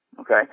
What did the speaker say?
okay